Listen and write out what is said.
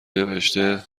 نوشته